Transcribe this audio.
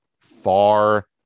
far